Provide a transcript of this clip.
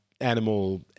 animal